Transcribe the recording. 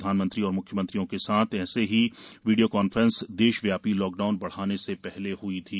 प्रधानमंत्री और म्ख्यमंत्रियों के साथ ऐसी ही वीडियो कांफ्रेंस देशव्यापी लॉकडाउन ब ाने से हले हई थी